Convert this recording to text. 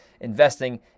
investing